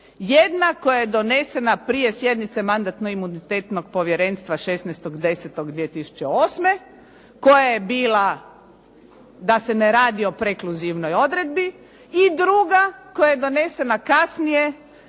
Jedna, koja je donesena prije sjednice Mandatno-imunitetnog povjerenstva 16.10.2008. koja je bila da se ne radi o prekluzivnoj odredbi i druga, koja je donesena kasnije